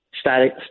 Static